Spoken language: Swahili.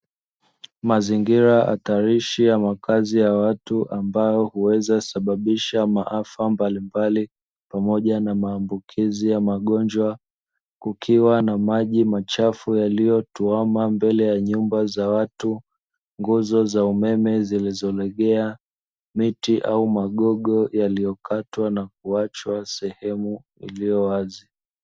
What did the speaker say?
Mazingira hatarishi ya makazi ya watu ambayo huweza sababisha maafa mbalimbali pamoja na maambukizi ya magonjwa kukiwa na maji machafu yaliyotuama mbele ya nyumba za watu, nguzo za umeme zilizo legea, miti au magogo yaliyokatwa na kuachwa sehemu iliyo wazi.